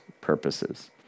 purposes